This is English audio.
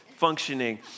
Functioning